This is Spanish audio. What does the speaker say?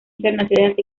internacionales